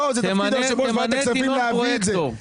לא, זה תפקיד יושב-ראש ועדת הכספים להביא את זה.